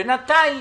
בינתיים,